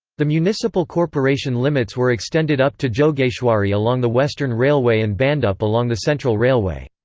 the municipal corporation limits were extended up to jogeshwari along the western railway and bhandup along the central railway.